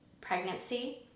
pregnancy